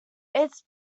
its